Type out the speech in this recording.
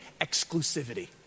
exclusivity